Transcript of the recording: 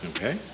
Okay